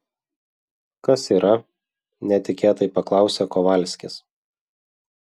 kas yra netikėtai paklausė kovalskis